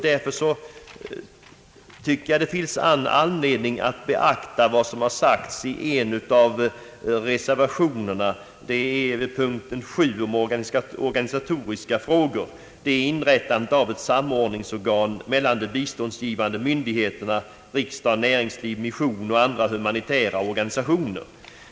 Därför tycker jag att det finns all anledning att beakta vad som sagts i en av reservationerna vid punkten 7, om organisatoriska frågor, om inrättande av ett samordningsorgan mellan de biståndsgivande myndigheterna — riksdag, näringsliv, mission och andra humanitära organisationer.